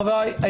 חבריי,